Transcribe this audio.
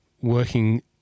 working